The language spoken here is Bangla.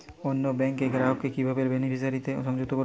অন্য ব্যাংক র গ্রাহক কে কিভাবে বেনিফিসিয়ারি তে সংযুক্ত করবো?